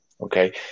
Okay